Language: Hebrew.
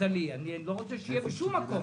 אני לא רוצה שיהיה בשום מקום,